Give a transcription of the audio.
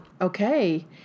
Okay